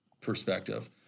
perspective